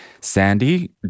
Sandy